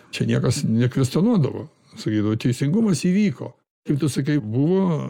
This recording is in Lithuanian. čia niekas nekvestionuodavo sakydavo teisingumas įvyko kaip tu sakai buvo